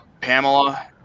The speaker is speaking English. Pamela